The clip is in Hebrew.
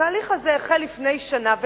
התהליך הזה החל לפני שנה וקצת,